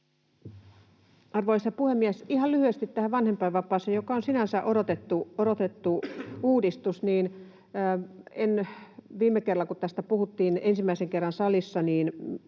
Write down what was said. Arvoisa puhemies! Ihan lyhyesti tähän vanhempainvapaaseen, joka on sinänsä odotettu uudistus. Viime kerralla, kun tästä puhuttiin — kun mietintöä salissa